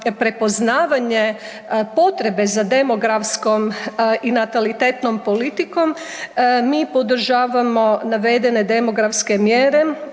prepoznavanje potrebe za demografskom i natalitetnom politikom mi podržavamo navedene demografske mjere